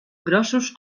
grossos